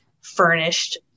furnished